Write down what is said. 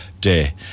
day